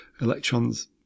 electrons